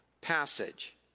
passage